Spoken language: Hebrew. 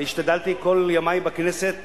אני השתדלתי כל ימי בכנסת